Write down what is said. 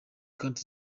kandi